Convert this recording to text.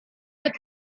but